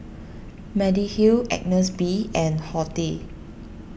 Mediheal Agnes B and Horti